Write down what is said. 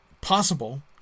possible